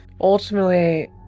Ultimately